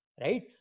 right